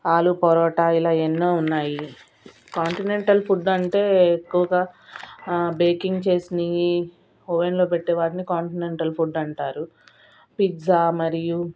ఆలూ పరోటా ఇలా ఎన్నో ఉన్నాయి కాంటినెంటల్ ఫుడ్ అంటే ఎక్కువగా బేకింగ్ చేసినవి ఓవెన్లో పెట్టే వాటిని కాంటినెంటల్ ఫుడ్ అంటారు పిజ్జా మరియు